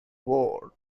ward